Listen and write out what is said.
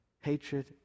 hatred